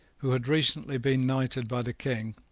who had recently been knighted by the king,